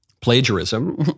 Plagiarism